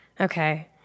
Okay